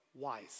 Wise